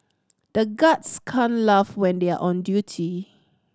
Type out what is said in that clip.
the guards can't laugh when they are on duty